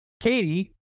Katie